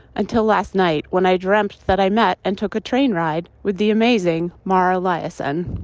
until last night, when i dreamt that i met and took a train ride with the amazing mara liasson.